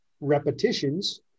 repetitions